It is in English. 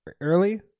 early